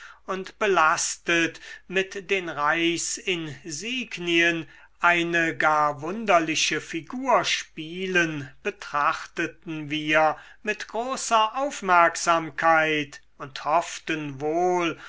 und belastet mit den reichsinsignien eine gar wunderliche figur spielen betrachteten wir mit großer aufmerksamkeit und hofften wohl